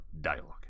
dialogue